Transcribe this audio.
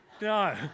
No